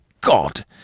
God